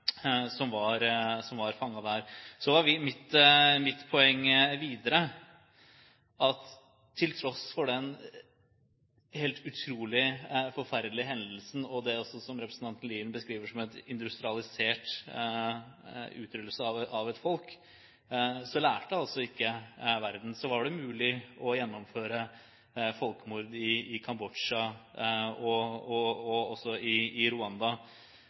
der. Så var mitt poeng videre at til tross for den helt utrolig forferdelige hendelsen, og det som representanten Lien beskriver som en industrialisert utryddelse av et folkeslag, lærte altså ikke verden; det var mulig å gjennomføre folkemord i Kambodsja og også i Rwanda. Jeg tror noe av lærdommen av denne dagen nettopp må være: Hvordan kunne en sånn forferdelig ting skje? Og også